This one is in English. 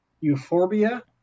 Euphorbia